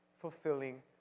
fulfilling